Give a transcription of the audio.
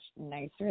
nicer